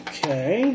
Okay